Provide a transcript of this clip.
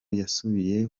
yasubiye